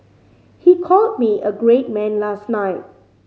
he called me a great man last night